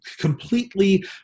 completely